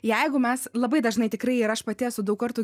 jeigu mes labai dažnai tikrai ir aš pati esu daug kartų